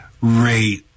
rate